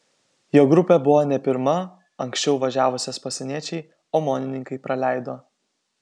jo grupė buvo ne pirma anksčiau važiavusias pasieniečiai omonininkai praleido